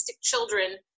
children